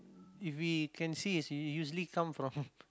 if we can see is usually come from